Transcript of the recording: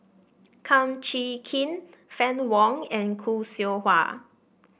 Kum Chee Kin Fann Wong and Khoo Seow Hwa